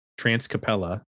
transcapella